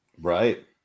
Right